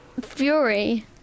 Fury